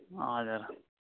हजुर